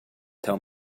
tell